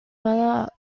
bother